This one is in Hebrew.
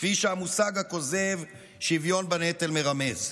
כפי שהמושג הכוזב שוויון בנטל מרמז.